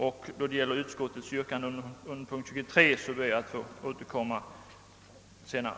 Då det gäller utskottets yrkande under punkt 23 ber jag få återkomma senare.